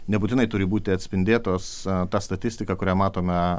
nebūtinai turi būti atspindėtos ta statistika kurią matome